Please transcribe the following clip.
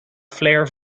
flair